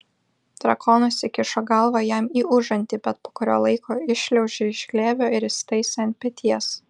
drakonas įkišo galvą jam į užantį bet po kurio laiko iššliaužė iš glėbio ir įsitaisė ant peties